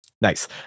Nice